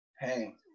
hey